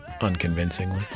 unconvincingly